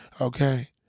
Okay